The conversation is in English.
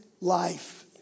life